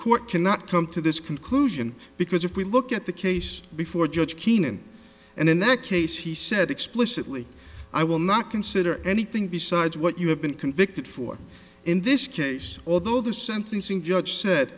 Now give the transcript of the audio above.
court cannot come to this conclusion because if we look at the case before judge keenan and in that case he said explicitly i will not consider anything besides what you have been convicted for in this case although the sentencing judge said